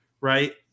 right